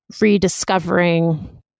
rediscovering